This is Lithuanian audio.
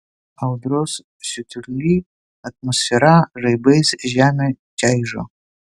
audros siutuly atmosfera žaibais žemę čaižo